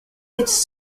its